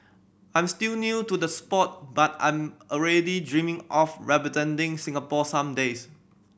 I'm still new to the sport but I'm already dreaming of representing Singapore some days